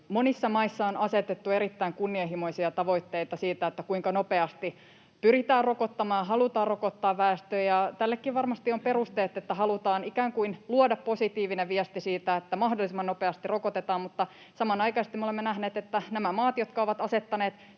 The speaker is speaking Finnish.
Monissa maissa on asetettu erittäin kunnianhimoisia tavoitteita siitä, kuinka nopeasti pyritään rokottamaan, halutaan rokottaa väestö, ja tällekin varmasti on perusteet: halutaan ikään kuin luoda positiivinen viesti siitä, että mahdollisimman nopeasti rokotetaan. Mutta samanaikaisesti me olemme nähneet, että nämä maat, jotka ovat asettaneet